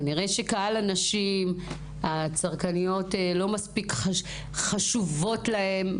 כנראה, קהל הנשים הצרכניות לא מספיק חשוב להם.